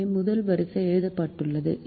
எனவே முதல் வரிசை எழுதப்பட்டுள்ளது